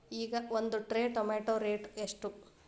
ಈಗ ಒಂದ್ tray tomato rate ಎಷ್ಟ?